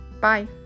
Bye